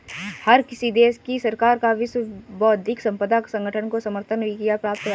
हर किसी देश की सरकार का विश्व बौद्धिक संपदा संगठन को समर्थन भी प्राप्त है